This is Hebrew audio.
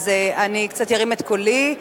אז אני קצת ארים את קולי,